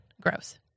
gross